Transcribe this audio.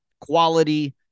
quality